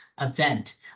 event